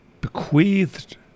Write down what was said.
bequeathed